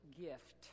gift